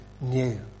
new